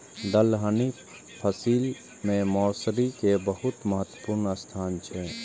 दलहनी फसिल मे मौसरी के बहुत महत्वपूर्ण स्थान छै